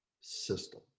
system